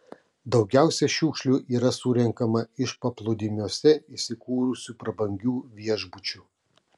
daugiausiai šiukšlių yra surenkama iš paplūdimiuose įsikūrusių prabangių viešbučių